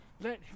let